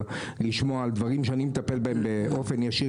לשמוע על דברים שאני מטפל בהם באופן ישיר,